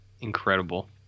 incredible